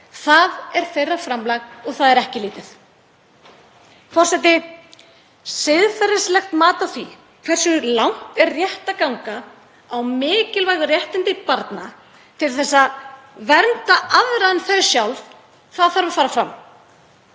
Það er þeirra framlag og það er ekki lítið. Forseti. Siðferðilegt mat á því hversu langt er rétt að ganga á mikilvæg réttindi barna til að vernda aðra en þau sjálf þarf að fara fram.